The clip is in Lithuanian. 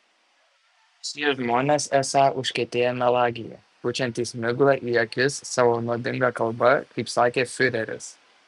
šie žmonės esą užkietėję melagiai pučiantys miglą į akis savo nuodinga kalba kaip sakė fiureris